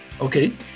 okay